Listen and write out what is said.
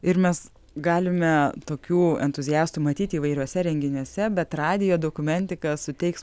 ir mes galime tokių entuziastų matyti įvairiuose renginiuose bet radijo dokumentika suteiks